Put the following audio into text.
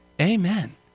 Amen